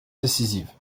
décisives